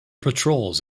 patrols